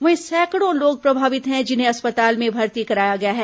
वहीं सैकड़ों लोग प्रभावित हैं जिन्हें अस्पताल में भर्ती कराया गया है